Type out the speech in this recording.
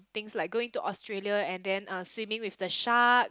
things like going to Australia and then uh swimming with the shark